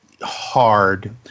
hard